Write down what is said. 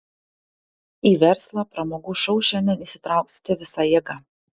į verslą pramogų šou šiandien įsitrauksite visa jėga